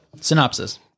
synopsis